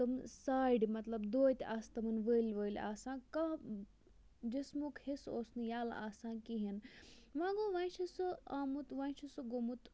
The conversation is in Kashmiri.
تِم سارِ مَطلَب دوتہِ آسہٕ تِمَن ؤلۍ ؤلۍ آسان کانٛہہ جِسمُک حِصہٕ اوس نہٕ یَلہٕ آسان کِہیٖنۍ وۄنۍ گوٚو وۄنۍ چھِ سُہ آمُت وۄنۍ چھُ سُہ گوٚمُت